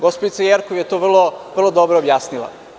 Gospođica Jerkov je to vrlo dobro objasnila.